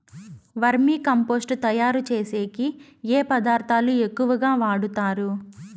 వర్మి compost తయారుచేసేకి ఏ పదార్థాలు ఎక్కువగా వాడుతారు